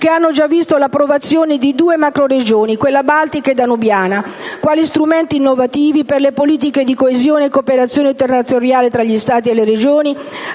che hanno già visto l'approvazione di due macroregioni, quella baltica e quella danubiana, quali strumenti innovativi per le politiche di coesione e cooperazione territoriale tra Stati e Regioni